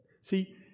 See